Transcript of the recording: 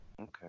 Okay